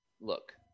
look